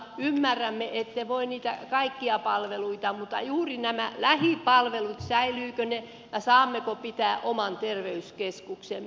ymmärrämme että ette voi säilyttää niitä kaikkia palveluita mutta juuri nämä lähipalvelut säilyvätkö ne ja saammeko pitää oman terveyskeskuksemme